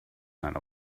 not